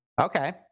Okay